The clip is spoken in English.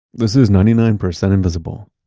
this is ninety nine percent invisible.